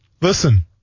Listen